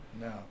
No